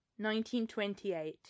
1928